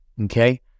okay